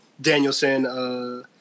Danielson